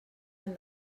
hem